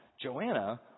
Joanna